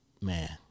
Man